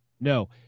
no